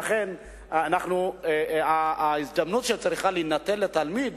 לתלמיד צריכה להינתן הזדמנות,